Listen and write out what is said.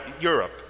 Europe